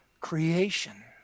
creation